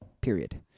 Period